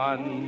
One